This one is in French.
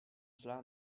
cela